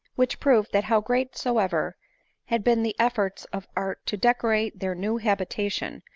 which proved, that how great, soever had been the efforts of art to decorate their new habitation,